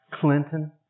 Clinton